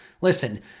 Listen